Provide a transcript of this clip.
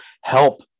help